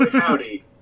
howdy